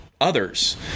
others